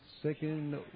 Second